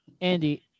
Andy